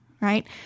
right